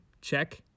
Check